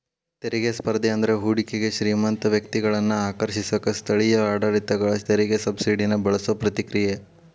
ತೆರಿಗೆ ಸ್ಪರ್ಧೆ ಅಂದ್ರ ಹೂಡಿಕೆಗೆ ಶ್ರೇಮಂತ ವ್ಯಕ್ತಿಗಳನ್ನ ಆಕರ್ಷಿಸಕ ಸ್ಥಳೇಯ ಆಡಳಿತಗಳ ತೆರಿಗೆ ಸಬ್ಸಿಡಿನ ಬಳಸೋ ಪ್ರತಿಕ್ರಿಯೆ